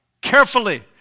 carefully